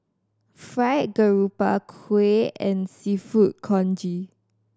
Fried Garoupa kuih and Seafood Congee